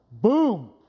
boom